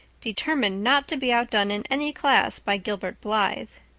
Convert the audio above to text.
determined not to be outdone in any class by gilbert blythe.